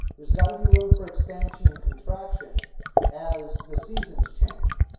there's got to be room for expansion and contraction as the seasons change.